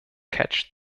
catch